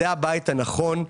זה הבית הנכון,